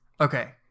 Okay